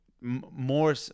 more